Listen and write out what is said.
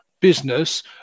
business